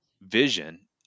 vision